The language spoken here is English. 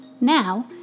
Now